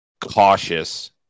cautious